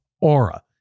Aura